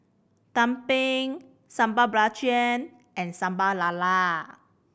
tumpeng Sambal Belacan and Sambal Lala